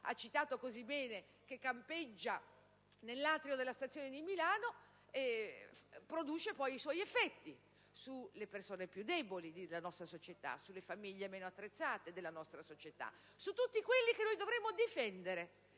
ha citato così bene e che campeggia nell'atrio della stazione di Milano, produce i suoi effetti sulle persone più deboli della nostra società, sulle famiglie meno attrezzate, su tutti coloro che dovremmo difendere